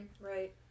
right